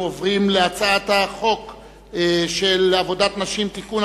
ההצעה להעביר את הצעת חוק עבודת נשים (תיקון,